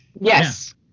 Yes